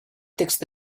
text